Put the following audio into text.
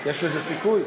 יש לזה סיכוי?